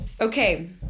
Okay